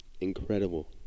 Incredible